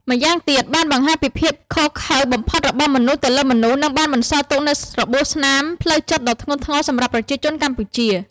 ម្យ៉ាងទៀត បានបង្ហាញពីភាពឃោរឃៅបំផុតរបស់មនុស្សទៅលើមនុស្ស និងបានបន្សល់ទុកនូវរបួសស្នាមផ្លូវចិត្តដ៏ធ្ងន់ធ្ងរសម្រាប់ប្រជាជនកម្ពុជា។